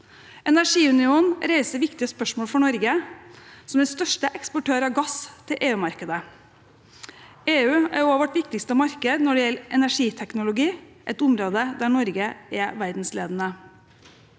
Energiunionen reiser viktige spørsmål for Norge, som den største eksportør av gass til EU-markedet. EU er også vårt viktigste marked når det gjelder energiteknologi, et område der Norge er verdensledende.